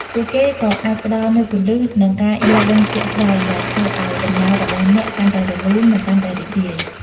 ពួកគេក៏អាចផ្តល់នូវគន្លឹះ និងការយល់ដឹងជាក់ស្តែងដែលធ្វើឲ្យដំណើររបស់អ្នកកាន់តែរលូន និងកាន់តែរីករាយ។